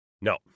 No